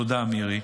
תודה, מירי,